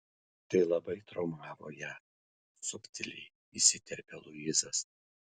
tai labai traumavo ją subtiliai įsiterpia luisas